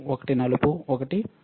ఒకటి నలుపు ఒకటి ఎరుపు